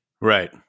Right